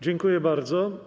Dziękuję bardzo.